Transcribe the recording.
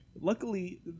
luckily